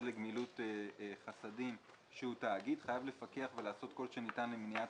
לגמילות חסדים שהוא תאגיד חייב לפקח ולעשות כל שניתן למניעת